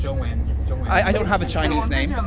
so and i don't have a chinese name.